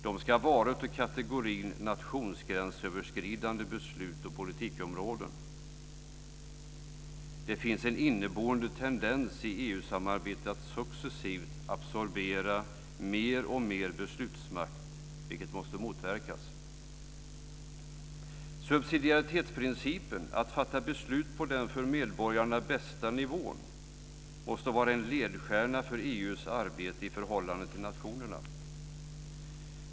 De ska vara av karaktären nationsgränsöverskridande beslut och politikområden. Det finns en inneboende tendens i EU-samarbetet att successivt absorbera mer och mer beslutsmakt, vilket måste motverkas. Subsidiaritetsprincipen, att fatta beslut på den för medborgarna bästa nivån, måste vara en ledstjärna för EU:s arbete i förhållande till nationerna.